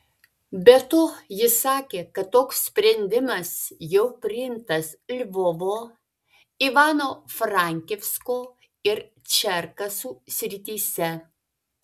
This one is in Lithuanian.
be to jis sakė kad toks sprendimas jau priimtas lvovo ivano frankivsko ir čerkasų srityse